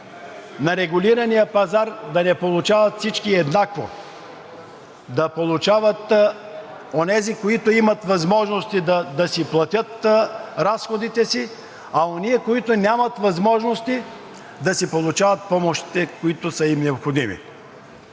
на регулирания пазар да не получават всички еднакво. Да получават онези, които имат възможности да си платят разходите, а онези, които нямат възможности, да получават помощите, които са им необходими.